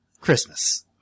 Christmas